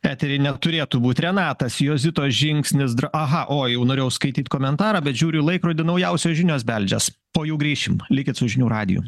etery neturėtų būt renatas jozitos žingsnis dra aha o jau norėjau skaityt komentarą bet žiūriu į laikrodį naujausios žinios beldžias po jų grįšim likit su žinių radiju